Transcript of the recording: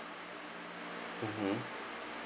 mmhmm